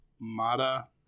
Mada